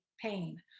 pain